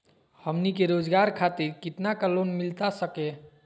हमनी के रोगजागर खातिर कितना का लोन मिलता सके?